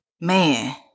man